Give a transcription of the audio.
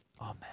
Amen